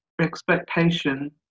expectation